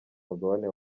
mugabane